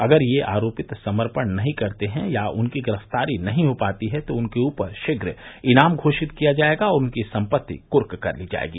अगर ये आरोपित समपर्ण नहीं करते हैं या उनकी गिरफ्तारी नहीं हो पाती तो उनके ऊपर शीघ्र ईनाम घोषित किया जायेगा और उनकी सम्पत्ति कुर्क कर ली जायेगी